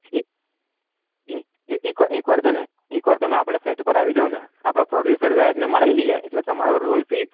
એ એ એ એકવાર છે ને એકવાર તમે આપણા સેટ પર આવી જાઓ ને આપણા પ્રોડ્યુસર સાહેબને મળાવી લઈએ એટલે તમારો રોલ ફિક્સ